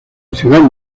ciudad